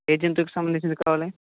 ఏ జంతువుకి సంబంధించినవి కావాలి